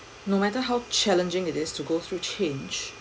no matter how challenging it is to go through change